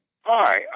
hi